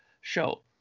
show